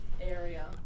area